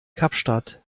kapstadt